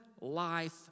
life